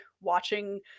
watching